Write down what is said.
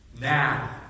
Now